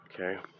Okay